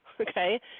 okay